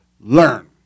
learn